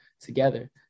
together